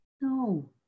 No